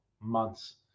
months